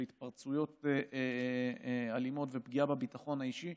התפרצויות אלימות ופגיעה בביטחון האישי,